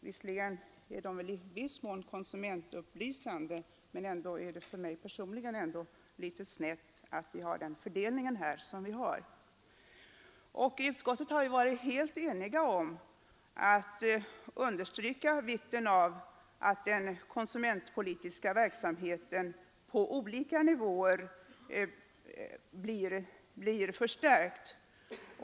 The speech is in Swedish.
Nu är väl även reklamen i viss mån konsumentupplysande, men denna fördelning framstår ändå för mig personligen som litet sned. I utskottet har vi varit helt eniga om att understryka vikten av att den konsumentpolitiska verksamheten på olika nivåer förstärks.